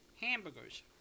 Hamburgers